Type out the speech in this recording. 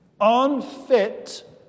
unfit